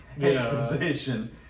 exposition